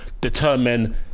determine